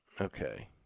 Okay